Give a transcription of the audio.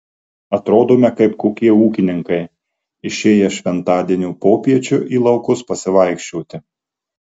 atrodome kaip kokie ūkininkai išėję šventadienio popiečiu į laukus pasivaikščioti